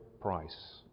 price